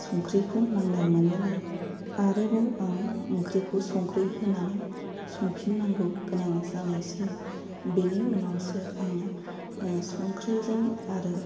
संख्रिखौ नांनाय मोनैलाय आरोबाव आं ओंख्रिखौ संख्रि होनानै संफिननांगौ गोनां जानायसै बेनि उनावसो आङो संख्रिजों आरो